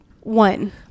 One